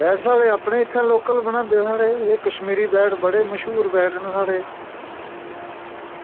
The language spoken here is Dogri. बैट इत्थें लोकल बनांदे साढ़े एह् कशमीरी बैट बहुत मश्हूर बैट न साढ़े